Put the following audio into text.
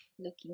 looking